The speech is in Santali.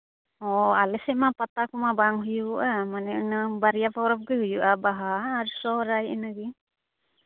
ᱚ ᱟᱞᱮ ᱥᱮᱫ ᱢᱟ ᱯᱟᱛᱟ ᱠᱚᱢᱟ ᱵᱟᱝ ᱦᱩᱭᱩᱜ ᱟᱨ ᱢᱟᱱᱮ ᱤᱱᱟᱹ ᱵᱟᱨᱭᱟ ᱯᱚᱨᱚᱵᱽ ᱜᱮ ᱦᱩᱭᱩᱜᱼᱟ ᱵᱟᱦᱟ ᱟᱨ ᱥᱚᱨᱦᱟᱭ ᱤᱱᱟᱹᱜᱮ